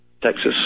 Texas